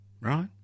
right